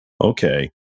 okay